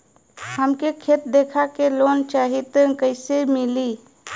हमके खेत देखा के लोन चाहीत कईसे मिली?